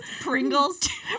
Pringles